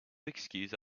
excuse